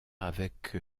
avec